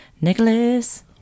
Nicholas